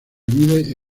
mide